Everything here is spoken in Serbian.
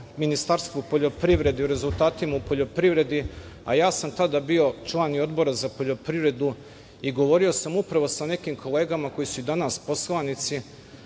Ministarstvu poljoprivrede i o rezultatima u poljoprivredi, a ja sam tada bio i član Odbora za poljoprivredu i govorio sam upravo sa nekim kolegama koji su i danas poslanici